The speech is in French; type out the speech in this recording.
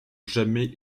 jamais